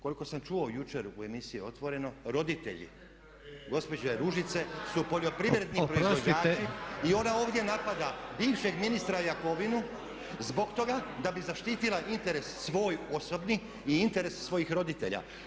Koliko sam čuo jučer u emisiji „Otvoreno“ roditelji gospođe Ružice su poljoprivredni proizvođači i ona ovdje napada bivšeg ministra Jakovinu zbog toga da bi zaštitila interes svoj osobni i interes svojih roditelja.